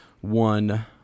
one